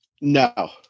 No